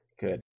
good